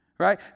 right